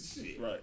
Right